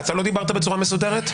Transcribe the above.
אתה לא דיברת בצורה מסודרת?